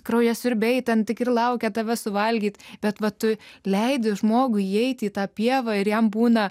kraujasiurbiai ten tik ir laukia tave suvalgyti bet va tu leidi žmogui įeiti į tą pievą ir jam būna